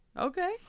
Okay